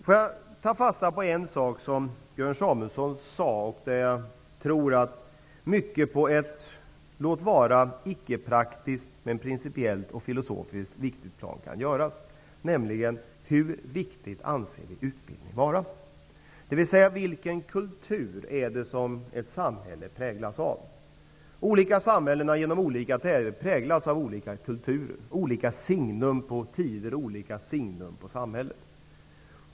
Låt mig ta fasta på en sak som Björn Samuelson sade och där jag tror att mycket kan göras, låt vara på ett icke-praktiskt men principiellt och filosofiskt viktigt plan. Det gäller detta med hur viktig vi anser utbildningen vara. Vilken kultur är det ett samhälle präglas av? Olika samhällen har genom olika tider präglats av olika kulturer, olika signum på tider och olika signum på samhällen.